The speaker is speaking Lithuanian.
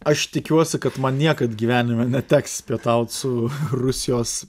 aš tikiuosi kad man niekad gyvenime neteks pietaut su rusijos